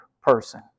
person